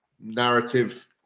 narrative